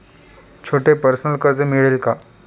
छोटे पर्सनल कर्ज मिळेल का?